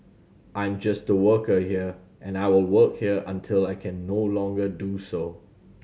I'm just a worker here and I will work here until I can no longer do so